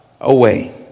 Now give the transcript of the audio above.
away